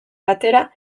batera